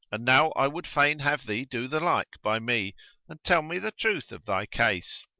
and now i would fain have thee do the like by me and tell me the truth of thy case.